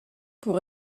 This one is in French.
pour